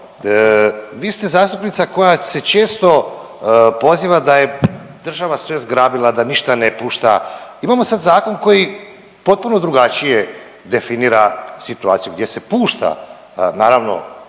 Vi ste zastupnica koja se često poziva da je država sve zgrabila i da ništa ne pušta. Imamo sad zakon koji potpuno drugačije definira situaciju, gdje se pušta, naravno